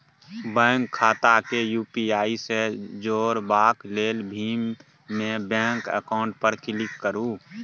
bank खाता केँ UPI सँ जोरबाक लेल भीम मे बैंक अकाउंट पर क्लिक करु